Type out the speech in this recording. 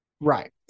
right